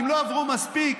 אם לא עברו מספיק,